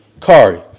Kari